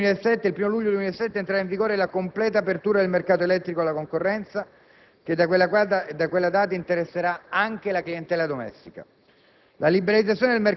Il 1° luglio 2007 entrerà in vigore la completa apertura del mercato elettrico alla concorrenza che da quella data interesserà anche la clientela domestica.